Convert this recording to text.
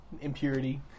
Impurity